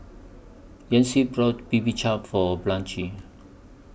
Yancy bought Bibimbap For Blanche